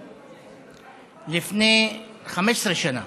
ששילמו לפני 15 שנה